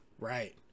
Right